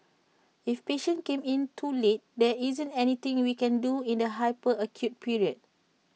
if patients came in too late there isn't anything we can do in the hyper acute period